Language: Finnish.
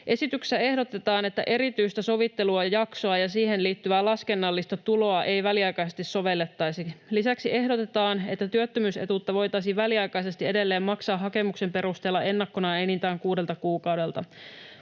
Esityksessä ehdotetaan, että erityistä sovittelujaksoa ja siihen liittyvää laskennallista tuloa ei väliaikaisesti sovellettaisi. Lisäksi ehdotetaan, että työttömyysetuutta voitaisiin väliaikaisesti edelleen maksaa hakemuksen perusteella ennakkona enintään kuudelta kuukaudelta.